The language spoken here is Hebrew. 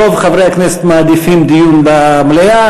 רוב חברי הכנסת מעדיפים דיון במליאה.